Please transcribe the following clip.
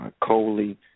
Coley